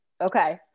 okay